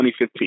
2015